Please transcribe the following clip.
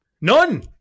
None